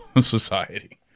society